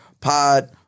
Pod